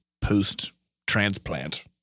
post-transplant